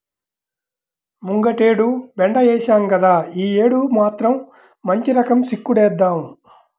ముంగటేడు బెండ ఏశాం గదా, యీ యేడు మాత్రం మంచి రకం చిక్కుడేద్దాం